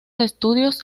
estudios